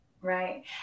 Right